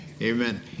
Amen